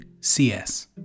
CS